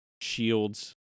shields